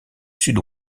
sud